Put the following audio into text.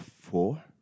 four